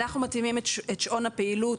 אנחנו מתאימים את שעון הפעילות.